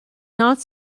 not